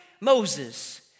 Moses